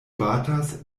batas